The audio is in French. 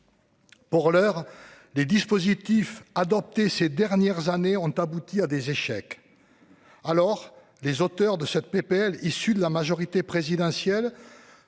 Pour l'heure, les dispositifs adoptés ces dernières années ont abouti à des échecs. Les auteurs de ce texte, issus de la majorité présidentielle,